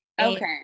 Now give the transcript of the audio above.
Okay